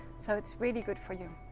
so it's really good for you.